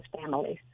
families